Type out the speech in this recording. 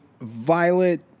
violet